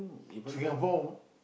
Singapore